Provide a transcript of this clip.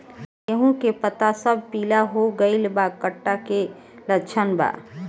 गेहूं के पता सब पीला हो गइल बा कट्ठा के लक्षण बा?